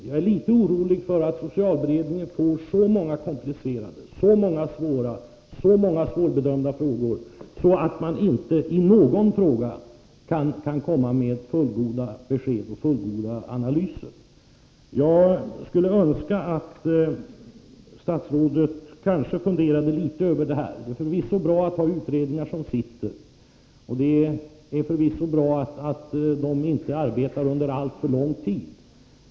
Jag är litet orolig för att socialberedningen får så många komplicerade och svårbedömda frågor att den inte i något fall kan komma med fullgoda besked och analyser. Jag skulle önska att statsrådet funderade litet över detta. Det är förvisso bra att vi har utredningar som arbetar, och det är förvisso bra att de inte arbetar under alltför lång tid.